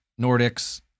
Nordics